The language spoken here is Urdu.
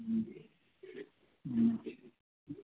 ہوں ہوں